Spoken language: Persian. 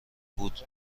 بود